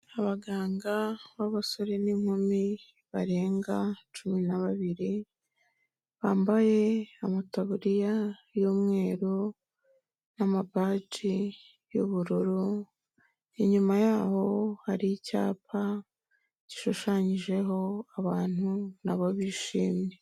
Abaganga b'abasore n'inkumi barenga cumi na babiri, bambaye amataburiya y'umweru n'amabaji y'ubururu, inyuma yaho hari icyapa gishushanyijeho abantu nabo bishimye.